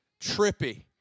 trippy